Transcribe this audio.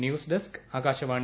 news desk Akashvani